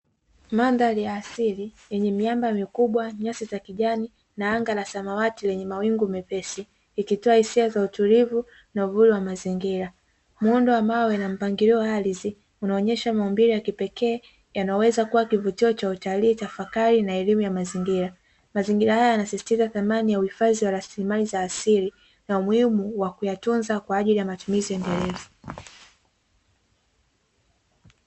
Mandhari ya asili yenye miamba mikubwa, nyasi za kijani na anga la samawati lenye mawingu mepesi ikitoa hisia za utulivu na uburi wa mazingira. Muundo wa mawe na mpangilio wa ardhi unaonyesha maumbile ya kipekee yanaweza kuwa kivutio cha utalii, tafakari na elimu ya mazingira. Mazingira haya yanasisitiza dhamani ya uhifadhi wa rasilimali za asili na umuhimu wa kuyatunza kwa ajili ya matumizi endelevu.